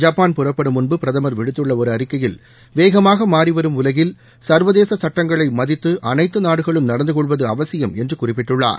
Japan புறப்படும் முன்பு பிரதமர் விடுத்துள்ள ஒரு அறிக்கையில் வேகமாக மாறிவரும் உலகில் சா்வதேச சுட்டங்களை மதித்து அனைத்து நாடுகளும் நடந்துகொள்வது அவசியம் என்று குறிப்பிட்டுள்ளார்